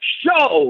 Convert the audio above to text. show